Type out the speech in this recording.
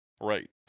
Right